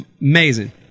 Amazing